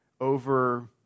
over